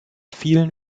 vielen